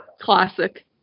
classic